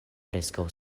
preskaŭ